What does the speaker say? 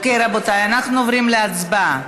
רבותיי, אנחנו עוברים להצבעה.